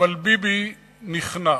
אבל ביבי נכנע.